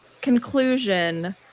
conclusion